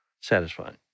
satisfying